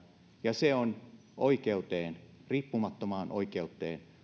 ja se on oikeuteen riippumattomaan oikeuteen